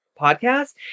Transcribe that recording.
podcast